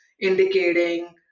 indicating